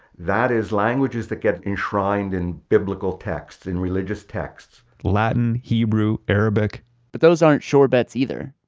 that is languages that get enshrined in biblical texts, in religious texts latin, hebrew, arabic but those aren't sure bets either.